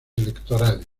electorales